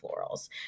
florals